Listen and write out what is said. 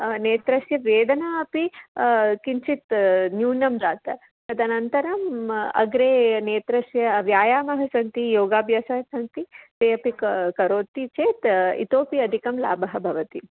नेत्रस्य वेदना अपि किञ्चित् न्यूनं जातं तदनन्तरम् अग्रे नेत्रस्य व्यायामः सन्ति योगाभ्यासः सन्ति ते अपि का करोति चेत् इतोपि अधिकं लाभः भवति